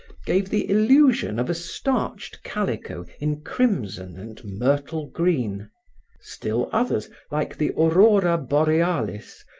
gave the illusion of a starched calico in crimson and myrtle green still others, like the aurora borealis,